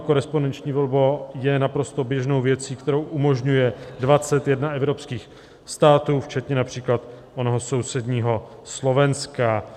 Korespondenční volba je naprosto běžnou věcí, kterou umožňuje 21 evropských států, včetně například onoho sousedního Slovenska.